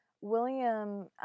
William